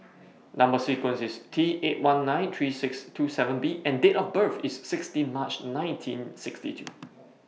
Number sequence IS T eight one nine three six two seven B and Date of birth IS sixteen March nineteen sixty two